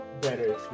better